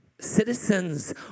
Citizens